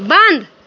بنٛد